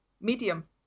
medium